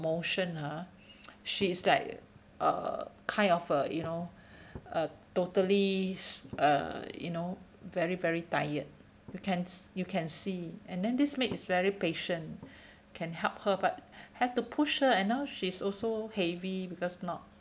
motion ah she is like uh kind of uh you know uh totally uh you know very very tired you can you can see and then this maid is very patient can help her but have to push her and now she's also heavy because not